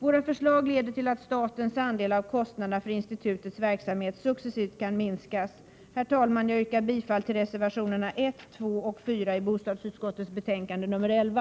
Våra förslag leder till att statens andel av kostnaderna för institutets verksamhet successivt kan minskas. Herr talman! Jag yrkar bifall till reservationerna 1, 2 och 4i bostadsutskottets betänkande 11.